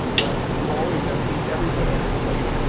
right. you always have to eat everything on your plate,